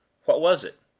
what was it?